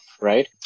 right